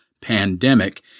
pandemic